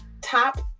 top